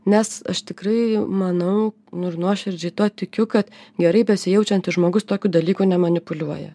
nes aš tikrųjų manau nu ir nuoširdžiai tuo tikiu kad gerai besijaučiantis žmogus tokiu dalyku nemanipuliuoja